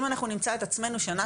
אם אנחנו נמצא את עצמנו שנה,